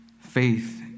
faith